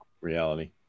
reality